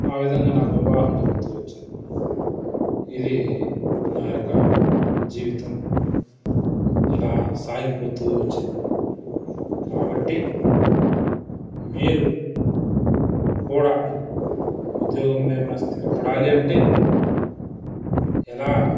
ఆ విధంగా నాకు వివాహం జరుగుతూ వచ్చింది ఇది నా యొక్క జీవితం ఇలా సాగిపోతూ వచ్చింది కాబట్టి మీరు కూడా ఉద్యోగంలో ఏమన్నా స్థిరపడాలి అంటే ఎలా